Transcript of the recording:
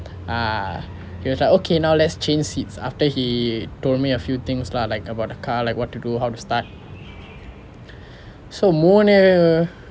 ah he was okay now let's change seats after he told me a few things lah like about the car like what to do how to start so மூன்று:mundru